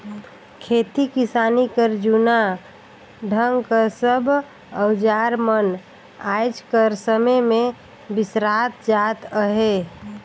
खेती किसानी कर जूना ढंग कर सब अउजार मन आएज कर समे मे बिसरात जात अहे